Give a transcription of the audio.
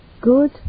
good